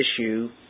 issue